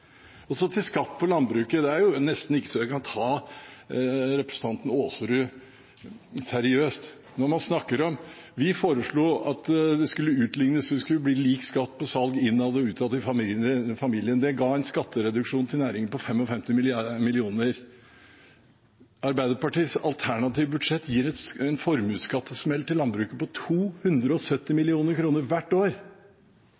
til skatt på landbruket: Der er det nesten så jeg ikke kan ta representanten Aasrud seriøst. Vi foreslo at det skulle utlignes, det skulle bli lik skatt på salg innad i familien og ut av familien. Det ga en skattereduksjon til næringen på 55 mill. kr. Arbeiderpartiets alternative budsjett gir en formuesskattesmell til landbruket på 270 mill. kr hvert år.